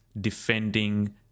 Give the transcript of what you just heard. defending